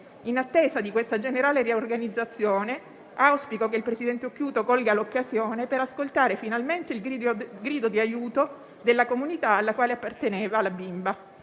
In attesa di questa generale riorganizzazione, auspico che il presidente Occhiuto colga l'occasione per ascoltare finalmente il grido di aiuto della comunità alla quale apparteneva la bimba,